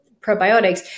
probiotics